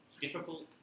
difficult